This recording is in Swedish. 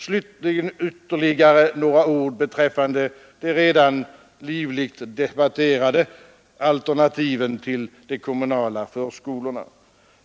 Slutligen ytterligare några ord beträffande de redan livligt debatterade alternativen till de kommunala förskolorna.